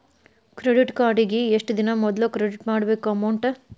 credit ಕಾರ್ಡಿಗಿ ಎಷ್ಟ ದಿನಾ ಮೊದ್ಲ ಕ್ರೆಡಿಟ್ ಮಾಡ್ಬೇಕ್ ಅಮೌಂಟ್ನ